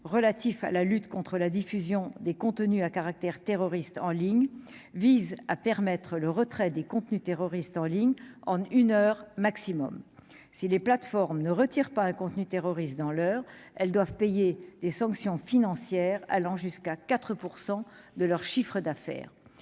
relatif à la lutte contre la diffusion des contenus à caractère terroriste en ligne vise à permettre le retrait des contenus terroristes en ligne en une heure maximum si les plateformes ne retire pas un contenu terroriste dans l'heure, elles doivent payer des sanctions financières allant jusqu'à 4 % de leur chiffre d'affaires